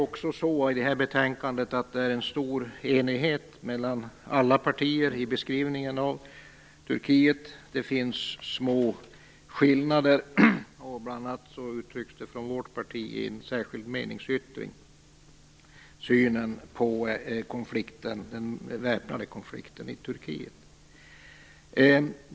I betänkandet finns en stor enighet mellan alla partier i beskrivningen av Turkiet. Det finns små skillnader, som bl.a. från vårt partis sida uttryckts i en särskild meningsyttring. Det gäller synen på den väpnade konflikten i Turkiet.